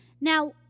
Now